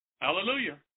Hallelujah